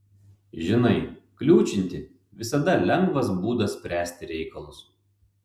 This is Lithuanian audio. žinai kliūčinti visada lengvas būdas spręsti reikalus